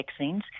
vaccines